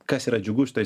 kas yra džiugu šitoj